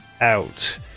out